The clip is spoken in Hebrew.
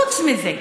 חוץ מזה,